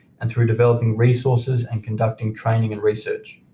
and through developing resources and conducting training and research.